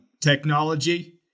technology